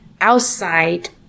outside